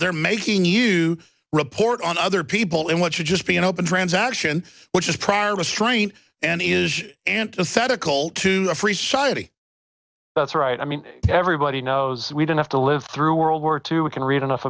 they're making you report on other people in what should just be an open transaction which is prior restraint and is antithetical to a free society that's right i mean everybody knows we don't have to live through world war two we can read enough